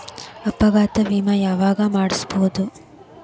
ಅಪಘಾತ ವಿಮೆ ಯಾವಗ ಮಾಡಿಸ್ಬೊದು?